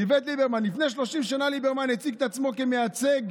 לפני 30 שנה ליברמן הציג את עצמו כמייצג